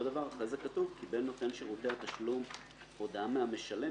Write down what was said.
אחר כך כתוב שקיבל נותן שירותי התשלום הודעה מהמשלם,